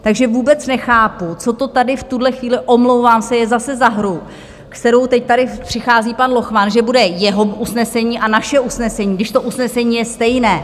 Takže vůbec nechápu, co to tady v tuhle chvíli omlouvám se je zase za hru, s kterou teď tady přichází pan Lochman, že bude jeho usnesení a naše usnesení, když to usnesení je stejné.